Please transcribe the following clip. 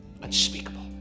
unspeakable